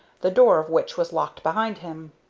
the door of which was locked behind him.